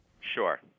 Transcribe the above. Sure